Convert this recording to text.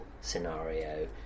scenario